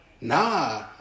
Nah